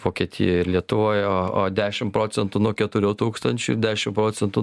vokietijoj ir lietuvoj o o dešim procentų nuo keturių tūkstančių ir dešim procentų